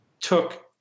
took